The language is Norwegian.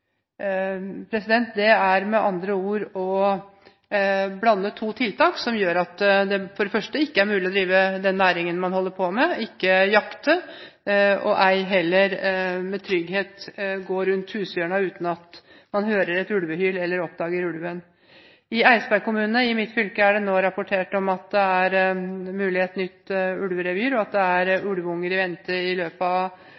Det er med andre ord å blande to tiltak som gjør at det for det første ikke er mulig å drive den næringen man holder på med, ikke jakte og ei heller med trygghet gå rundt hushjørnet uten at man hører et ulvehyl eller oppdager ulven. I Eidsberg kommune i mitt fylke er det nå rapportert om et mulig nytt ulverevir, og at det er ulveunger i vente i løpet av våren. Det er